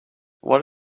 what